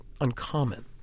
uncommon